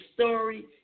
story